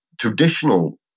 traditional